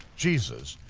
jesus,